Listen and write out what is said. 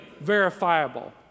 verifiable